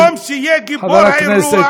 במקום שיהיה גיבור האירוע,